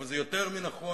אבל זה יותר מנכון,